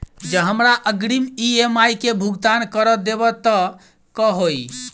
जँ हमरा अग्रिम ई.एम.आई केँ भुगतान करऽ देब तऽ कऽ होइ?